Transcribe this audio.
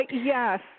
yes